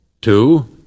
Two